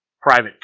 private